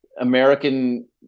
American